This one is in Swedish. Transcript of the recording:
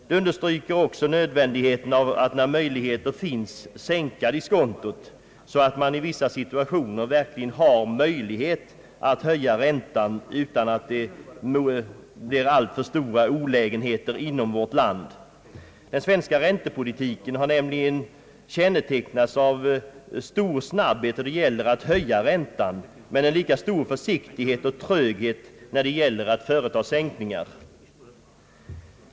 Det understryker också nödvändigheten av att man när möjligheter därtill finns sänker diskontot, så att man i vissa situationer verkligen har möjlighet att höja räntan utan att det medför alltför stora olägenheter inom vårt land. Den svenska räntepolitiken har nämligen kännetecknats av stor snabbhet då det gällt att höja räntan men av stor försiktighet och tröghet då det gällt att företaga sänkningar.